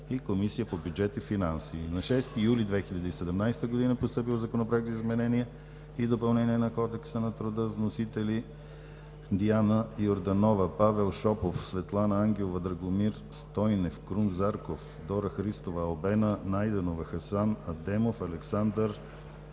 на Комисията по бюджет и финанси. На 6 юли 2017 г. е постъпил Законопроект за изменение и допълнение на Кодекса на труда с вносители: Диана Йорданова, Павел Шопов, Светлана Ангелова, Драгомир Стойнев, Крум Зарков, Дора Христова, Албена Найденова, Хасан Адемов, Александър